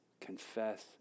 confess